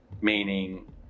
meaning